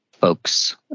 folks